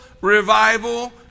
revival